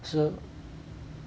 so